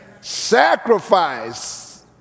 sacrifice